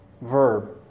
verb